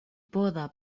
poda